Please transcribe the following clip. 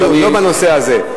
לא בנושא הזה.